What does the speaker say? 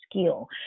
skill